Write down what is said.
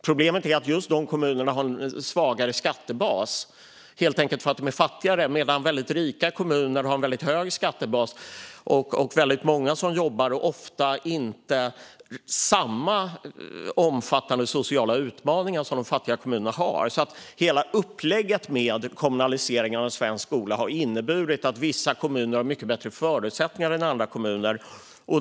Problemet är att just de kommunerna har en svagare skattebas - helt enkelt för att de är fattigare - medan rika kommuner har en hög skattebas, många som jobbar, och ofta inte samma omfattande sociala utmaningar som de fattiga kommunerna har. Hela upplägget med kommunaliseringen av svensk skola har inneburit att vissa kommuner har mycket bättre förutsättningar än andra kommuner.